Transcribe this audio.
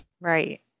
Right